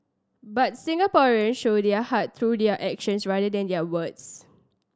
but Singaporean show their heart through their actions rather than their words